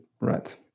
right